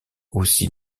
aussi